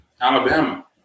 Alabama